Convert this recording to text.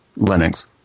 Linux